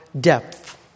depth